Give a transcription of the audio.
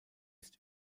ist